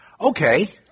Okay